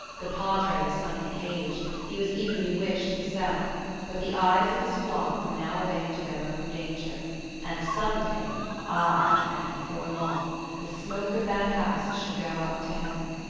the padre was sunk in age he was even bewitched himself but the eyes of his flock were now awake to their own danger and some day ay, and before long the smoke of that house should go up to heaven.